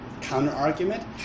counter-argument